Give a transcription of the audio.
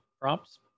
Props